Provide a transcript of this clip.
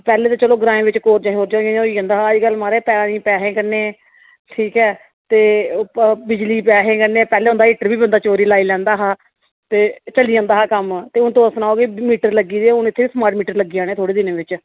पेैह्ले ते चलो ग्राएं बिच्च कोरजा सोरजा होई जंदा हा अज्जकल महाराज पानी पैहे कन्नै ठीक ऐ ते उप्परा बिजली पैहे कन्नै पैह्ले होंदा हा हीटर बी बंदा चोरी लाई लैंदा हा ते चली जंदा हा कम्म ते हून इत्थे स्मार्ट मीटर लग्गी गेदे हून इत्थै स्मार्ट मीटर लग्गी जाने थोह्ड़े दिनें बिच्च